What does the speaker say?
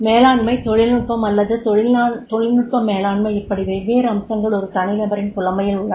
மேலாண்மை தொழில்நுட்பம் அல்லது தொழில்நுட்ப மேலாண்மை இப்படி வெவ்வேறு அம்சங்கள் ஒரு தனிநபரின் புலமையில் உள்ளன